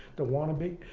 the wannabe.